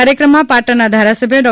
કાર્યક્રમમાં પાટણના ધારાસભ્ય ડો